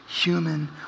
human